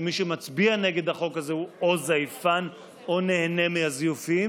שמי שמצביע נגד החוק הזה הוא או זייפן או נהנה מהזיופים.